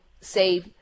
say